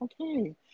Okay